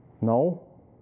No